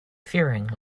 fearing